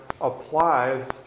applies